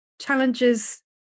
challenges